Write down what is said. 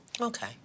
Okay